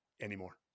anymore